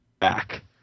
back